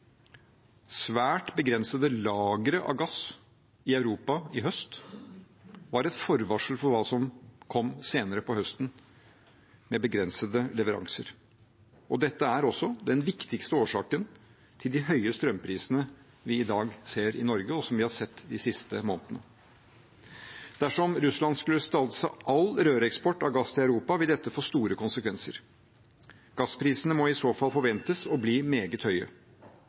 Svært begrensede lagre av gass i Europa i høst var et forvarsel om hva som kom senere på høsten, med begrensede leveranser. Dette er også den viktigste årsaken til de høye strømprisene vi i dag ser i Norge, og som vi har sett de siste månedene. Dersom Russland skulle stanse all røreksport av gass til Europa, vil dette få store konsekvenser. Gassprisene må i så fall forventes å bli meget høye.